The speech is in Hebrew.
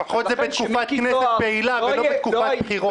לפחות זה בתקופת כנסת פעילה, לא בתקופת בחירות.